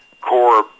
core